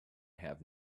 have